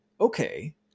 okay